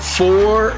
four